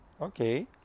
Okay